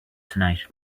tonight